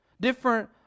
Different